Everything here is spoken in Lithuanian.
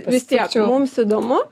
vis tiek mums įdomu